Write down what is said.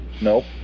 Nope